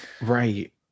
right